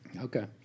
Okay